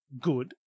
good